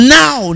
now